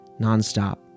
nonstop